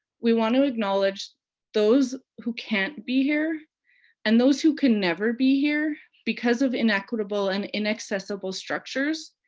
we want to acknowledge those who can't be here and those who can never be here, because of inequitable and inaccessible structures,